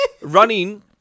running